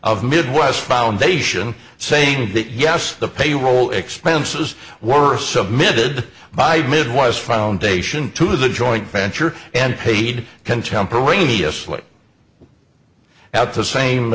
of midwest foundation say that yes the payroll expenses were submitted by midwives foundation to the joint venture and paid contemporaneously at the same